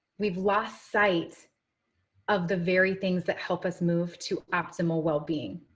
we've lost sight of the very things that help us move to optimal wellbeing.